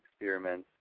experiments